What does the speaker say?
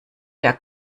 der